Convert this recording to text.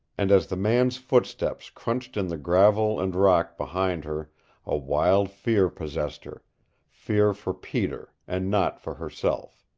and as the man's footsteps crunched in the gravel and rock behind her a wild fear possessed her fear for peter, and not for herself.